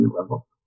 level